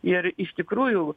ir iš tikrųjų